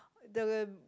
the